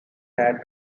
had